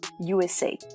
USA